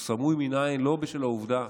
הוא סמוי מן העין לא בשל העובדה